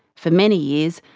for many years,